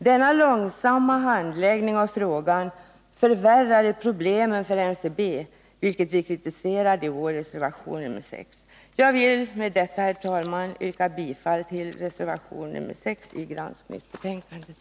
Denna långsamma handläggning av frågan förvärrade problemen för NCB, vilket vi kritiserar i vår reservation nr 6. Jag vill med detta, herr talman, yrka bifall till reservation 6 i granskningsbetänkandet.